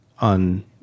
on